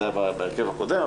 זה היה בהרכב הקודם,